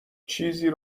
چیزی